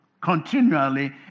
continually